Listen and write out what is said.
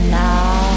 now